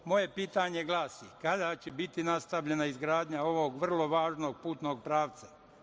Moje pitanje glasi – kada će biti nastavljena izgradnja ovog vrlo važnog putnog pravca?